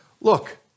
look